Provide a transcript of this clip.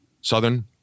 Southern